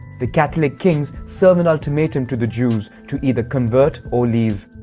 the catholic kings serve an ultimatum to the jews to either convert or leave.